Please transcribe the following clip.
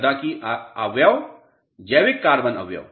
मृदा की अवयव जैविक कार्बन अवयव